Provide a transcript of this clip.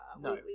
no